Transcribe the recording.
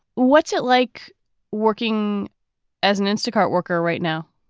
what's it like working as an instacart worker right now?